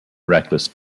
reckless